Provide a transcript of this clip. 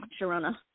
Sharona